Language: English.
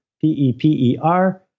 P-E-P-E-R